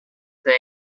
thing